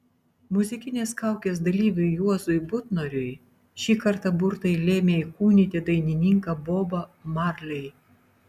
muzikinės kaukės dalyviui juozui butnoriui šį kartą burtai lėmė įkūnyti dainininką bobą marley